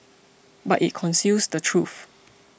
but it conceals the truth